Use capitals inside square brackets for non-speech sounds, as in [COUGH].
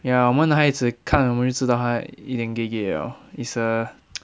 ya 我们男孩子看我们就知道他一点 gay gay liao it's a [NOISE]